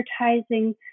advertising